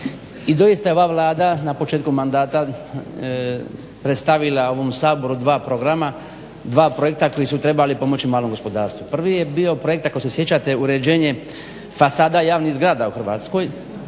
I doista je ova Vlada na početku mandata predstavila ovom Saboru dva projekta koji su trebali pomoći malom gospodarstvu. Prvi je bio projekt ako se sjećate uređenje fasada javnih zgrada u Hrvatskoj,